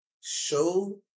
Show